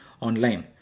online